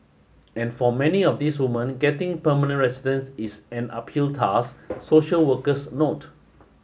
and for many of these women getting permanent residence is an uphill task social workers note